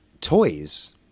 Toys